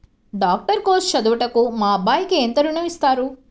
Doctor course చదువుటకు మా అబ్బాయికి ఎంత ఋణం ఇస్తారు?